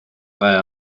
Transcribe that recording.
käe